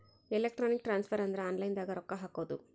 electronic transfer ಅಂದ್ರ online ದಾಗ ರೊಕ್ಕ ಹಾಕೋದು